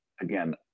again